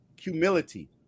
humility